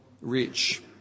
rich